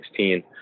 2016